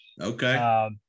Okay